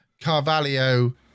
Carvalho